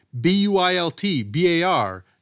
B-U-I-L-T-B-A-R